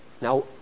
Now